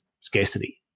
scarcity